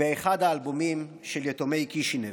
באחד האלבומים של יתומי קישינב: